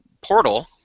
portal